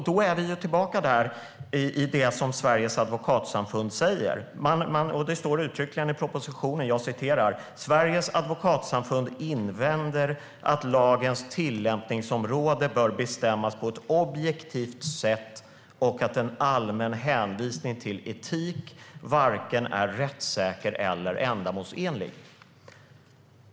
Då är vi tillbaka till det som Sveriges Advokatsamfund säger, och det står uttryckligen i propositionen: Sveriges Advokatsamfund invänder att lagens tillämpningsområde bör bestämmas på ett objektivt sätt och att en allmän hänvisning till etik varken är rättssäker eller ändamålsenlig.